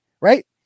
Right